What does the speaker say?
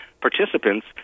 participants